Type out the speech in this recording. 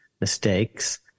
mistakes